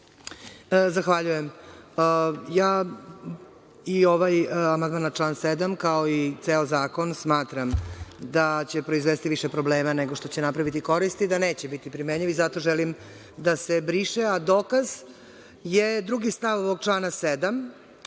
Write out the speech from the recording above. Zahvaljujem.I ovaj amandman na član 7, kao i ceo zakon smatram da će proizvesti više problema, nego što će napraviti koristi, da neće biti primenljiv i zato želim da se briše, a dokaz je drugi stav ovog člana 7,